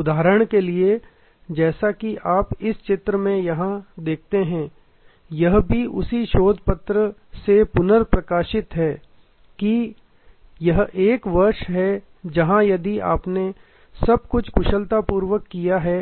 उदाहरण के लिए जैसा कि आप इस चित्र में यहाँ देख सकते हैं यह भी उसी शोध पत्र से पुनर्प्रकाशित है कि यह एक वर्ष है जहां यदि आपने सब कुछ कुशलता पूर्वक किया है